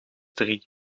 drie